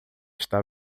está